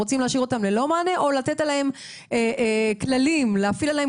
רוצים להשאיר אותם ללא מענה או להפעיל עליהם